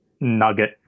nugget